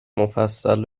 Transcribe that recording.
مفصل